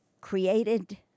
created